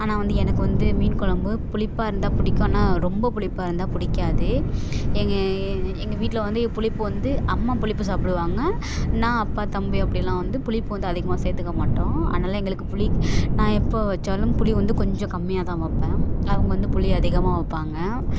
ஆனால் வந்து எனக்கு வந்து மீன் கொழம்பு புளிப்பாக இருந்தால் பிடிக்கும் ஆனால் ரொம்ப புளிப்பாக இருந்தால் பிடிக்காது எங்கள் எங்கள் வீட்டில் வந்து புளிப்பு வந்து அம்மா புளிப்பு சாப்பிடுவாங்க நான் அப்பா தம்பி அப்படிலாம் வந்து புளிப்பு வந்து அதிகமாக சேர்த்துக்க மாட்டோம் அதனால் எங்களுக்கு புளி நான் எப்போ வைச்சாலும் புளி வந்து கொஞ்சம் கம்மியாக தான் வைப்பேன் அவங்க வந்து புளி அதிகமாக வைப்பாங்க